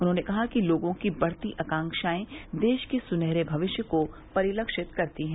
उन्होंने कहा कि लोगों की बढ़ती आकांक्षाएं देश के सुनहरे भविष्य को परिलक्षित करती हैं